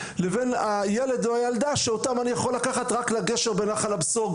לבין הילד או הילדה שאותם אני יכול לקחת רק לגשר בנחל הבשור,